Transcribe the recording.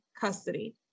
custody